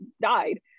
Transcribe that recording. died